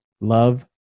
Love